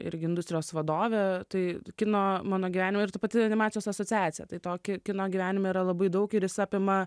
irgi industrijos vadovė tai kino mano gyvenime ir ta pati animacijos asociacija tai to ki kino gyvenime yra labai daug ir jis apima